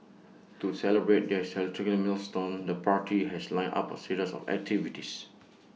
to celebrate their milestone the party has lined up A series of activities